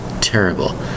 terrible